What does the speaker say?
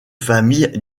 famille